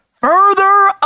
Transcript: further